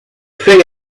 thing